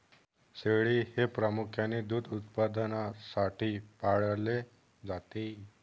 शेळी हे प्रामुख्याने दूध उत्पादनासाठी पाळले जाते